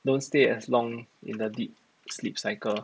don't stay as long in the deep sleep cycle